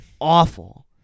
awful